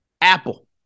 Apple